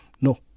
No